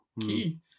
key